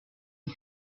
dix